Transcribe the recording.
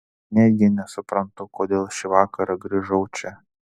netgi nesuprantu kodėl šį vakarą grįžau čia